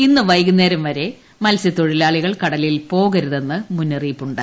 ഇന്നു വൈകുന്നേരം വരെ മത്സൃത്തൊഴിലാളികൾ കടലിൽ പോകരുതെന്ന് മുന്നറിയിപ്പ് ഉണ്ട്